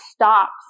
stops